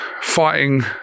fighting